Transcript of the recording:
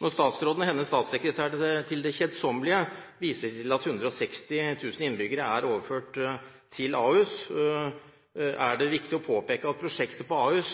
Når statsråden og hennes statssekretær til det kjedsommelige viser til at 160 000 innbyggere er overført til Ahus, er det viktig å påpeke at prosjektet på Ahus